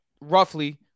roughly